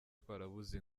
twarabuze